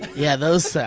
yeah, those sounds.